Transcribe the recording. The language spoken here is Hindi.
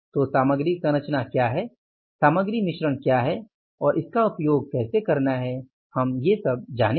तो सामग्री संरचना क्या है सामग्री मिश्रण क्या है और इसका उपयोग कैसे करना है हम ये सब जानेंगे